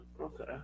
okay